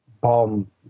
bomb